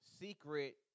secret